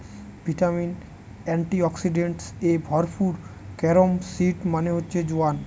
vitamin, antioxidants এ ভরপুর carom seed মানে হচ্ছে জোয়ান